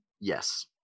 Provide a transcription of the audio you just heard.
Yes